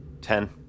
Ten